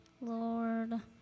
Lord